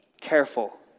careful